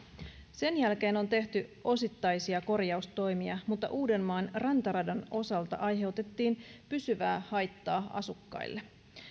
sen jälkeen on tehty osittaisia korjaustoimia mutta uudenmaan rantaradan osalta aiheutettiin pysyvää haittaa asukkaille